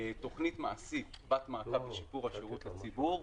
תוכנית מעשית בת מעקב לשיפור השירות לציבור.